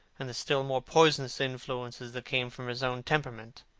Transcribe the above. and the still more poisonous influences that came from his own temperament.